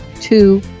two-